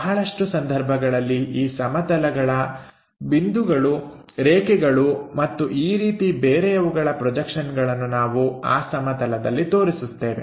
ಬಹಳಷ್ಟು ಸಂದರ್ಭಗಳಲ್ಲಿ ಈ ಸಮತಲಗಳ ಬಿಂದುಗಳು ರೇಖೆಗಳು ಮತ್ತು ಈ ರೀತಿ ಬೇರೆಯವುಗಳ ಪ್ರೊಜೆಕ್ಷನ್ಗಳನ್ನು ನಾವು ಆ ಸಮತಲದಲ್ಲಿ ತೋರಿಸುತ್ತೇವೆ